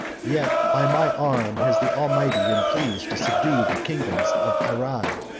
yet by my arm has the almighty been pleased to subdue the kingdoms of iran,